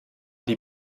die